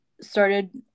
started